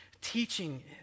teaching